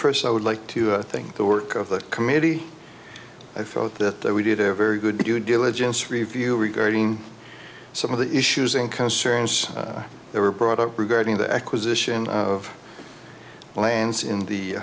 first i would like to thank the work of the committee i thought that we did a very good due diligence review regarding some of the issues and concerns they were brought up regarding the acquisition of lands in the